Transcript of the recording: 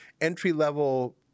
entry-level